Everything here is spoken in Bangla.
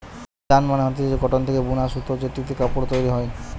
যার্ন মানে হতিছে কটন থেকে বুনা সুতো জেটিতে কাপড় তৈরী হয়